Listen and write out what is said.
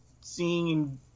seeing